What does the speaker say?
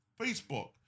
Facebook